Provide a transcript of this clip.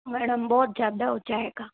madam बहुत ज़्यादा हो जाएगा